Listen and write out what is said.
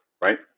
right